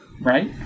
Right